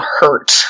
hurt